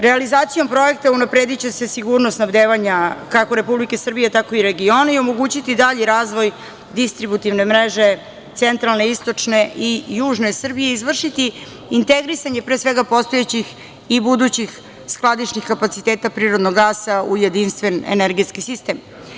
Realizacijom projekta unaprediće se sigurnost snabdevanja kako Republike Srbije, tako i regiona i omogućiti dalji razvoj distributivne mreže centralne, istočne i južne Srbije i izvršiti integrisanje pre svega postojećih i budućih skladišnih kapaciteta prirodnog gasa u jedinstven energetski sistem.